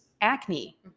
acne